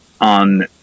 on